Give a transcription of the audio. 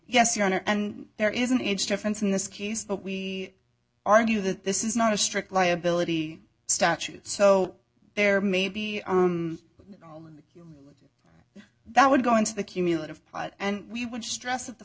yes your honor and there is an age difference in this case but we argue that this is not a strict liability statute so there may be that would go into the cumulative pile and we want to stress that the